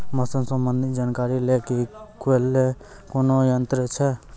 मौसम संबंधी जानकारी ले के लिए कोनोर यन्त्र छ?